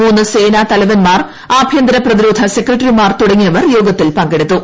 മൂന്ന് സേനാ തലവൻമാർ ആഭ്യന്തര പ്രതിരോധ സെക്രട്ടറിമാർ തുടങ്ങിയവർ യോഗത്തിൽ പങ്കെടുത്തു